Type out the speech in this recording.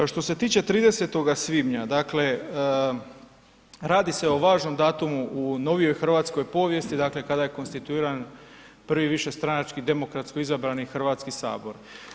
Što se tiče 30. svibnja, dakle radi se o važnom datumu u novijoj hrvatskoj povijesti dakle kada je konstituiran prvi višestranački demokratski izabrani Hrvatski sabor.